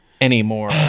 anymore